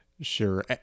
sure